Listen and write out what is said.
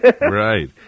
Right